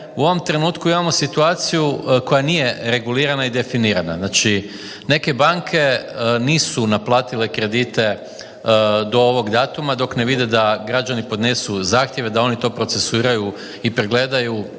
U ovom trenutku imamo situaciju koja nije regulirana i definirana, znači neke banke nisu naplatile kredite do ovog datuma dok ne vide da građani podnesu zahtjeve da oni to procesuiraju i pregledaju